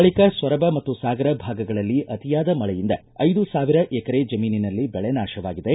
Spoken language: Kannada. ಬಳಿಕ ಸೊರಬ ಮತ್ತು ಸಾಗರ ಭಾಗಗಳಲ್ಲಿ ಅತಿಯಾದ ಮಳೆಯಿಂದ ನ್ ಸಾವಿರ ಎಕರೆ ಜಮೀನಿನಲ್ಲಿ ಬೆಳೆ ನಾಶವಾಗಿದೆ